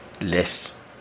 less